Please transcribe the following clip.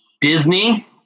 Disney